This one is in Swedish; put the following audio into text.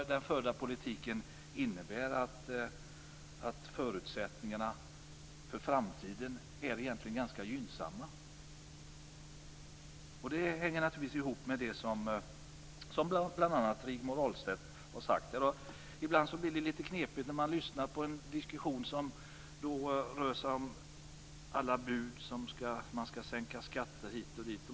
Den förda politiken innebär ju att förutsättningarna för framtiden egentligen är ganska gynnsamma. Det hänger naturligtvis ihop med det som bl.a. Rigmor Ahlstedt har sagt. Det framförs olika bud om att man skall sänka skatter hit och dit.